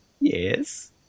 Yes